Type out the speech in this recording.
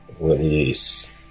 release